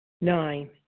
Nine